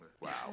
Wow